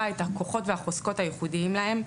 את הכוחות והחוזקות הייחודיים להם,